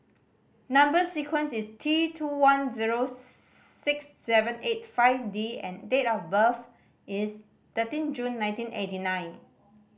number sequence is T two one zero six seven eight five D and date of birth is thirteen June nineteen eighty nine